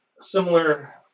similar